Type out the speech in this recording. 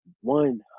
one